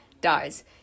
dies